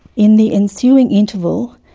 in the ensuing interval,